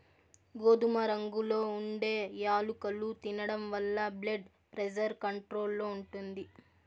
గోధుమ రంగులో ఉండే యాలుకలు తినడం వలన బ్లెడ్ ప్రెజర్ కంట్రోల్ లో ఉంటుంది